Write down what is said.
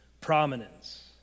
prominence